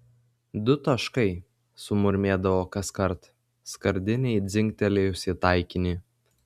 du taškai sumurmėdavo kaskart skardinei dzingtelėjus į taikinį